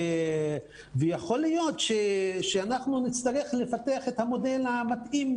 יכול להיות שנצטרך לפתח את המודל המתאים